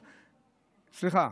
סליחה,